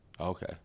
Okay